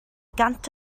gant